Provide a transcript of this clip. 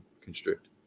constrict